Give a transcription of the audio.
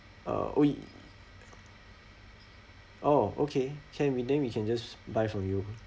uh we orh okay can we then we can just buy from you